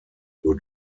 new